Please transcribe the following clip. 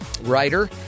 writer